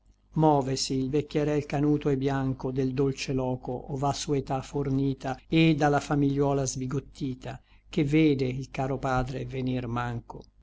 movesi il vecchierel canuto et biancho del dolce loco ov'à sua età fornita et da la famigliuola sbigottita che vede il caro padre venir manco